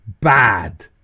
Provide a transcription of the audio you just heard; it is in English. bad